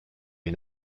une